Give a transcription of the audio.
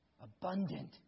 abundant